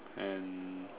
and